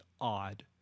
odd